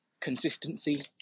consistency